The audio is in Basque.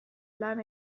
lan